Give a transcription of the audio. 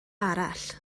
arall